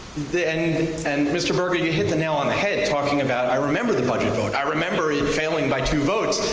and and mr. burby, you hit the nail on the head, talking about, i remember the budget vote. i remember it failing by two votes.